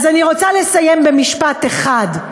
אז אני רוצה לסיים במשפט אחד: